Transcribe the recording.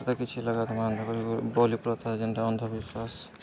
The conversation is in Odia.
ପ୍ରତ କିଛି ଲଗାକୁ ଆନ୍ କର ବୋଲି ପ୍ରଥା ଯେନ୍ଟା ଅନ୍ଧବିଶ୍ୱାସ